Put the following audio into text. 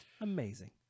Amazing